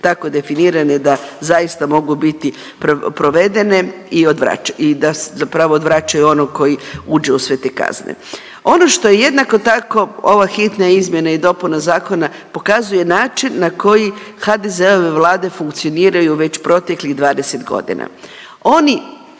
tako definirane da zaista mogu biti provedene i odvraća…, i da zapravo odvraćaju onog koji uđe u sve te kazne. Ono što je jednako tako ova hitna izmjena i dopuna zakona pokazuje način na koji HDZ-ove Vlade funkcioniraju već proteklih 20.g..